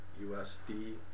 USD